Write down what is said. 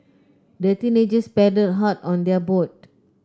the teenagers paddled hard on their boat